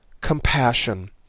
compassion